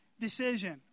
decision